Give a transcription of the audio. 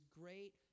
great